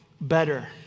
better